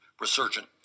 Resurgent